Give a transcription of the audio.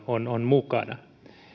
on on mukana